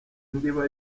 ndiba